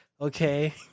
okay